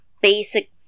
basic